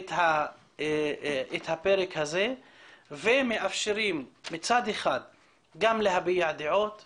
את הפרק הזה ומאפשרים מצד אחד גם להביע דעות ומחאות,